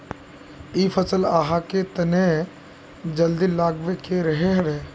इ फसल आहाँ के तने जल्दी लागबे के रहे रे?